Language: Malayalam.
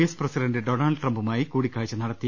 എസ് പ്രസിഡന്റ് ഡൊണാൾഡ് ട്രംപുമായി കൂടിക്കാഴ്ച നടത്തി